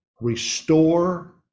restore